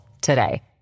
today